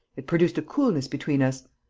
it produced a coolness between us.